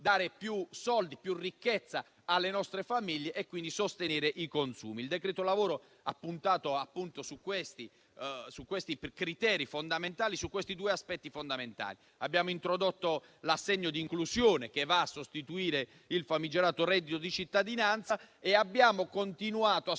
dare più soldi, più ricchezza alle nostre famiglie e sostenere i consumi. Il decreto lavoro ha puntato su questi due aspetti fondamentali. Abbiamo introdotto l'assegno di inclusione, che va a sostituire il famigerato reddito di cittadinanza, e abbiamo continuato a